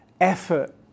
effort